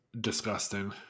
disgusting